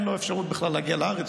ואין לו אפשרות בכלל הגיע לארץ,